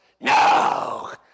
No